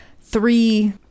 three